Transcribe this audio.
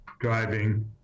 driving